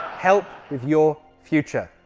help with your future